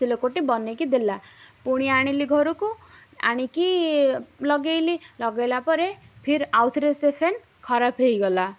ସେ ଲୋକଟି ବନେଇକି ଦେଲା ପୁଣି ଆଣିଲି ଘରକୁ ଆଣିକି ଲଗେଇଲି ଲଗେଇଲା ପରେ ଫିର୍ ଆଉଥରେ ସେ ଫ୍ୟାନ୍ ଖରାପ ହୋଇଗଲା